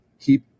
keep